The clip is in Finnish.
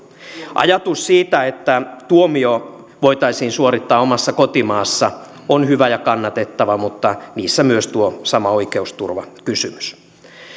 ajatus siitä että tuomio voitaisiin suorittaa omassa kotimaassa on hyvä ja kannatettava mutta niissä on myös tuo sama oikeusturvakysymys